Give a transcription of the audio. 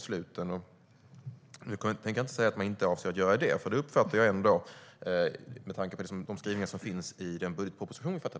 Jag tänker inte säga att regeringen inte avser att göra det. Jag uppfattar ändå att regeringen avser att göra det med tanke på de skrivningar som finns i budgetpropositionen.